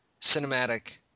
cinematic